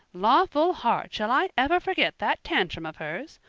lawful heart, shall i ever forget that tantrum of hers!